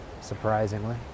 surprisingly